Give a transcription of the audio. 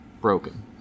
broken